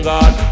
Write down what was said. God